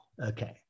Okay